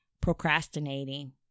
procrastinating